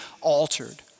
altered